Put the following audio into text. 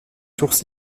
sources